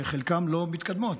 שחלקן לא מתקדמות.